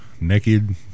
Naked